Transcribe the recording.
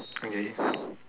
okay